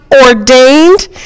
ordained